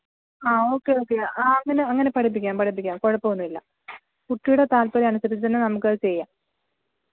ആ okay okay ആ അങ്ങനെ അങ്ങനെ പഠിപ്പിക്കാം പഠിപ്പിക്കാം കുഴപ്പമൊന്നുമില്ല കുട്ടിയുടെ താല്പര്യം അനുസരിച്ച് തന്നെ നമുക്കത് ചെയ്യാം